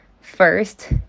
first